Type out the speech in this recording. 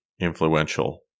influential